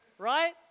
Right